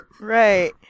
right